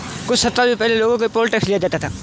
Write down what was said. कुछ शताब्दी पहले लोगों से पोल टैक्स लिया जाता था